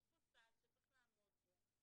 יש פה סד שצריך לעמוד בו.